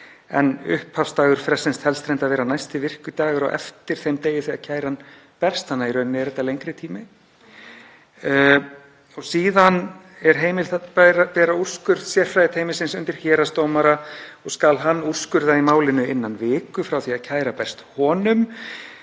en upphafsdagur frestsins telst vera næsti virki dagur á eftir þeim degi þegar kæran berst þannig að í rauninni er þetta lengri tími. Síðan er heimilt að bera úrskurð sérfræðiteymis undir héraðsdómara og skal hann úrskurða í málinu innan viku frá því kæra berst honum.